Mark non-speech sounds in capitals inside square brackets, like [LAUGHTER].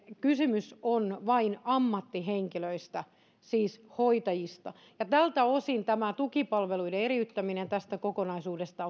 kysymys on vain ammattihenkilöistä siis hoitajista tältä osin on tehtävä tämä tukipalveluiden eriyttäminen tästä kokonaisuudesta [UNINTELLIGIBLE]